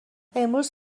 امروز